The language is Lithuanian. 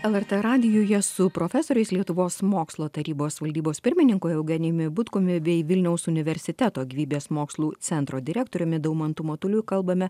lrt radijuje su profesoriais lietuvos mokslo tarybos valdybos pirmininku eugenijumi butkumi bei vilniaus universiteto gyvybės mokslų centro direktoriumi daumantu matuliu kalbame